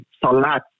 salat